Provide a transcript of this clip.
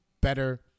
better